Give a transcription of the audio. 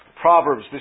Proverbs